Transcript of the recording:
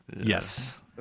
Yes